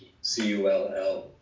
C-U-L-L